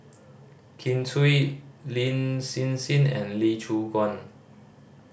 Kin Chui Lin Hsin Hsin and Lee Choon Guan